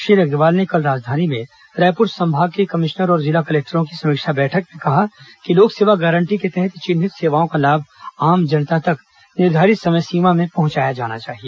श्री अग्रवाल ने कल राजधानी में रायपुर संभाग के कमिश्नर और जिला कलेक्टरों की समीक्षा बैठक में कहा कि लोक सेवा गारंटी के तहत चिन्हित सेवाओं का लाभ आम जनता तक निर्धारित अवधि में पहुंचाया जाना चाहिए